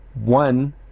one